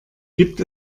gibt